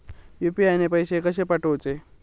UPI ने पैशे कशे पाठवूचे?